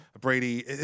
Brady